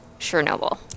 Chernobyl